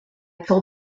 told